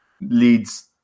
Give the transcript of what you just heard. leads